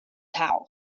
house